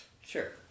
Sure